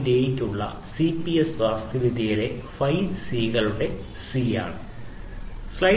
0 നുള്ള CPS ന്റെ വാസ്തുവിദ്യയിലെ 5C കളുടെ സി ആണ്